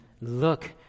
look